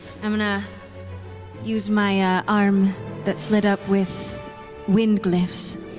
i'm going to use my ah arm that's lit up with wind glyphs.